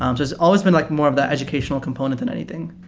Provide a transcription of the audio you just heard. um just always been like more of the educational component than anything.